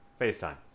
facetime